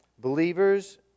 Believers